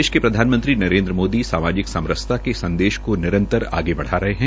देश के प्रधानमंत्री नरेन्द्र मोदी सामाजिक समरसता के संदेश को निरंतर आगे बढ़ा रहे है